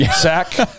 sack